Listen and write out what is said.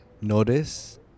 Notice